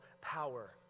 power